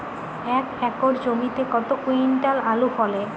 এক একর জমিতে কত কুইন্টাল আলু ফলে?